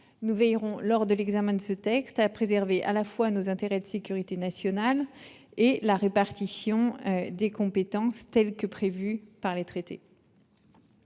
nous veillerons évidemment, lors de l'examen du texte, à préserver à la fois nos intérêts de sécurité nationale et la répartition des compétences qui est prévue par les traités.